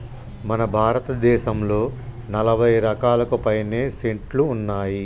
మన భారతదేసంలో నలభై రకాలకు పైనే సెట్లు ఉన్నాయి